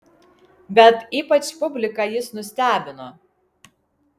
bet ypač publiką jis nustebino